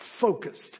focused